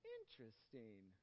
Interesting